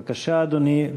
בבקשה, אדוני.